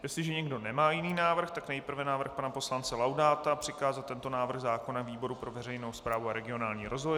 Jestliže nikdo nemá jiný návrh, tak nejprve návrh pana poslance Laudáta přikázat tento návrh zákona výboru pro veřejnou správu a regionální rozvoj.